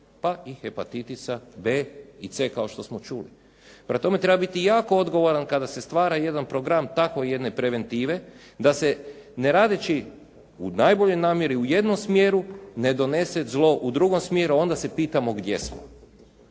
pa i hepatitisa B i C, kao što smo čuli. Prema tome, treba biti jako odgovoran kada se stvara jedan program tako jedne preventive, da se ne radeći u najboljoj namjeri u jednom smjeru ne donese zlo u drugom smjeru a onda se pitamo gdje smo.